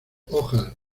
hojas